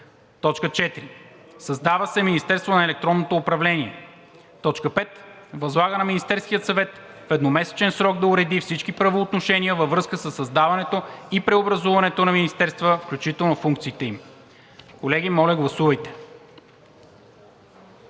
4. Създава се Министерство на електронното управление. 5. Възлага на Министерския съвет в едномесечен срок да уреди всички правоотношения във връзка със създаването и преобразуването на министерства, включително функциите им.“ Колеги, моля, гласувайте.